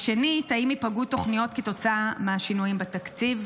2. האם ייפגעו תוכניות בשל השינויים בתקציב?